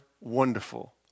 wonderful